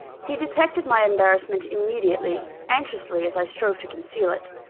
he detected my embarrassment immediately, anxiously as i strove to conceal it.